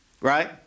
Right